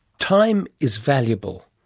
time is valuable,